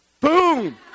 Boom